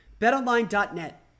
BetOnline.net